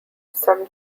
some